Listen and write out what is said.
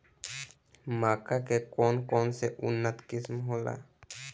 मक्का के कौन कौनसे उन्नत किस्म होला?